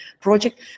project